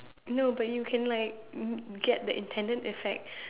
no but you can like um get the intended effect